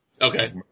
Okay